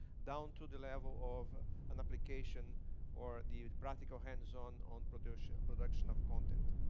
down to the level of ah an application or the practical hands-on on production production of content.